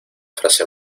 frase